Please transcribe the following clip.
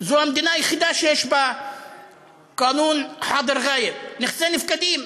זו המדינה היחידה שיש בה (אומר בערבית: חוק נוכח-נפקד,) נכסי נפקדים.